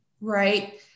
Right